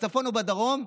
בצפון או בדרום,